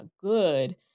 good